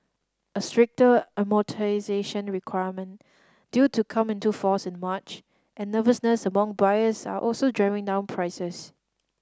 a stricter amortisation requirement due to come into force in March and nervousness among buyers are also driving down prices